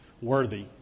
worthy